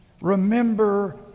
Remember